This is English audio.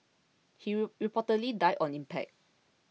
he reportedly died on impact